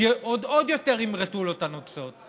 עוד יותר ימרטו לו את הנוצות.